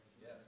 Yes